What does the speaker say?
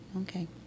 Okay